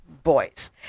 boys